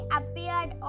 appeared